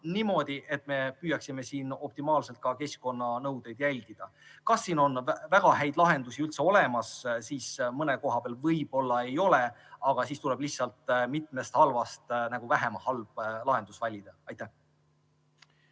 niimoodi, et me püüaksime optimaalselt ka keskkonnanõudeid jälgida. Kas siin on väga häid lahendusi üldse olemas? Mõne koha peal võib-olla ei ole, aga siis tuleb lihtsalt mitmest halvast vähem halb lahendus valida. Aitäh!